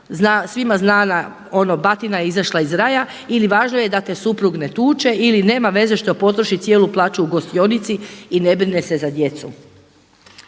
vSvima znana ona batina je izašla iz raja ili važno je da te suprug ne tuče, ili nema veze što potroši cijelu plaću u gostionici i ne brine se za djecu.